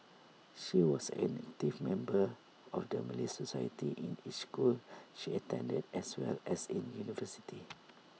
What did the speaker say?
she was an active member of the Malay society in each school she attended as well as in university